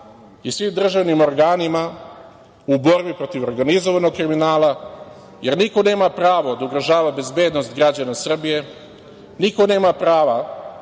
i svim državnim organima u borbi protiv organizovanog kriminala, jer niko nema pravo da ugrožava bezbednost građana Srbije, niko nema prava